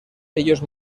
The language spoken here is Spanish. ellos